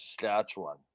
Saskatchewan